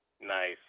Nice